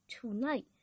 tonight